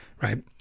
right